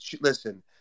Listen